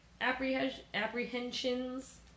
apprehensions